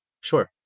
Sure